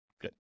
Good